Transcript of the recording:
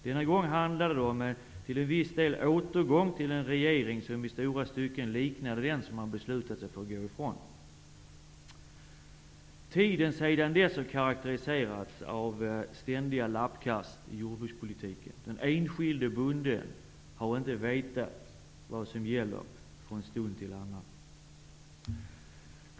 Denna gång handlade det till en viss del om en återgång till en reglering som liknade den som man beslutat sig för att gå ifrån. Tiden sedan dess har karakteriserats av ständiga lappkast i jordbrukspolitiken. Den enskilde bonden har inte vetat vad som gällt från stund till annan.